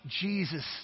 Jesus